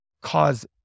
cause